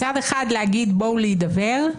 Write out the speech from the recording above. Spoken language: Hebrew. מצד אחד להגיד "בואו להידבר",